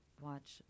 watch